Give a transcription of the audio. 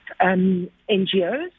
NGOs